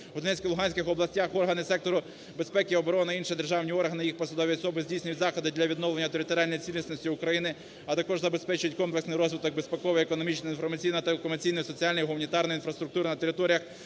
у Донецькій, Луганській областях органи сектору безпеки і оборони, інші державні органи і їх посадові особи здійснюють заходи для відновлення територіальної цілісності України, а також забезпечують комплексний розвиток безпекової, економічної, інформаційно-телекомунікаційної, соціальної, гуманітарної інфраструктури на територіях,